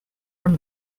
from